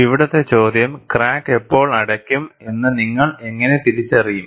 ഇവിടത്തെ ചോദ്യം ക്രാക്ക് എപ്പോൾ അടയ്ക്കും എന്ന് നിങ്ങൾ എങ്ങനെ തിരിച്ചറിയും